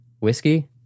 Whiskey